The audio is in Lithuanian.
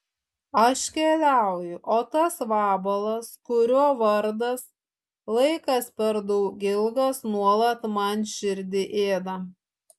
aš keliauju o tas vabalas kurio vardas laikas per daug ilgas nuolat man širdį ėda